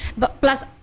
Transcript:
plus